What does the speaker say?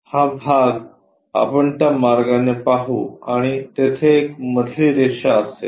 हा भाग आपण त्या मार्गाने पाहू आणि तेथे एक मधली रेषा असेल